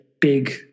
big